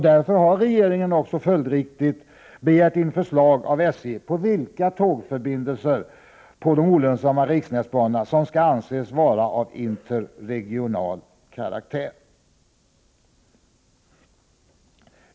Därför har regeringen också följdriktigt begärt in förslag av SJ på vilka tågförbindelser på de olönsamma riksnätsbanorna som skall anses vara av interregional karaktär.